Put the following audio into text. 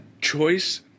choice